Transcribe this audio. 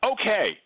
Okay